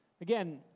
Again